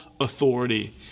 authority